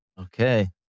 Okay